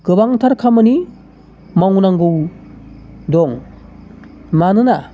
गोबांथार खामानि मावनांगौ दं मानोना